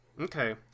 okay